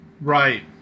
Right